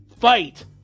Fight